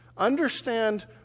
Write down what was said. understand